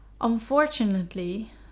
Unfortunately